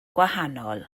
gwahanol